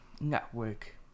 network